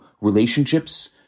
relationships